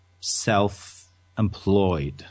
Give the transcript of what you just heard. self-employed